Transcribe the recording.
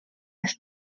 have